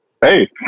hey